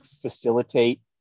facilitate